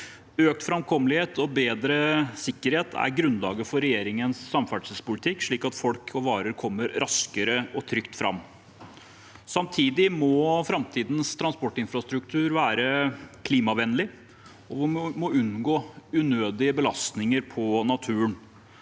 Økt framkommelighet og bedre sikkerhet er grunnlaget for regjeringens samferdselspolitikk, slik at folk og varer kommer raskere og trygt fram. Samtidig må framtidens transportinfrastruktur være klimavennlig, og vi må unngå unødige belastninger på naturen.